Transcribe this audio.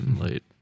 late